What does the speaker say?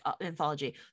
anthology